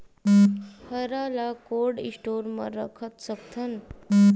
हरा ल cold store म रख सकथन?